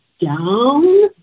down